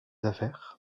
affaires